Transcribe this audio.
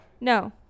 no